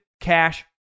Cash